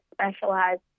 specialized